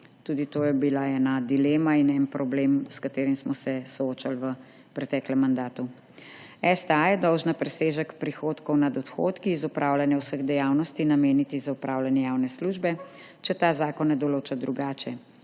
Tudi to je bila ena dilema in en problem, s katerim smo se soočali v preteklem mandatu. STA je dolžna presežek prihodkov nad odhodki z opravljanja vseh dejavnosti nameniti za opravljanje javne službe, če ta zakon ne določa drugače.